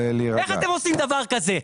איך אתם עושים דבר כזה?